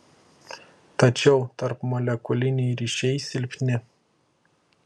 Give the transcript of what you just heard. tačiau tarpmolekuliniai ryšiai silpni